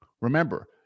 Remember